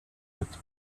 but